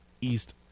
East